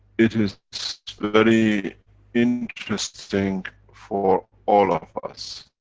it is so very interesting for all of us,